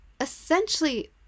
essentially